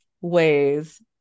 ways